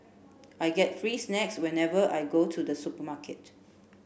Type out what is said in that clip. I get free snacks whenever I go to the supermarket